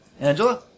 Angela